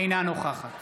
אינה נוכחת